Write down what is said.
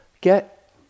get